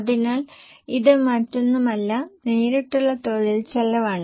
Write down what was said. അതിനാൽ ഇത് മറ്റൊന്നുമല്ല നേരിട്ടുള്ള തൊഴിൽ ചെലവാണ്